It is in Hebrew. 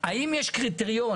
האם יש קריטריון,